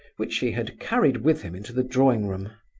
which he had carried with him into the drawing-room.